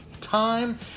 time